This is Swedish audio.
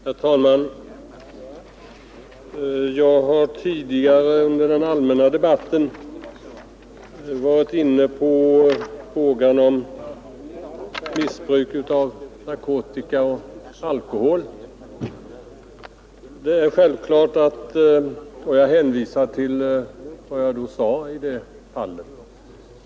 Herr talman! Jag har tidigare under den allmänna debatten berört frågan om missbruk av narkotika och alkohol, och jag hänvisar till vad jag då sade.